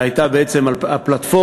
שהייתה בעצם הפלטפורמה,